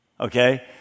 Okay